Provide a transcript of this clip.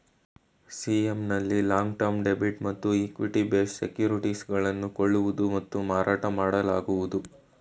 CM ನಲ್ಲಿ long term debit ಮತ್ತು equity based securities ಗಳನ್ನು ಕೊಳ್ಳುವುದು ಮತ್ತು ಮಾರಾಟ ಮಾಡಲಾಗುವುದು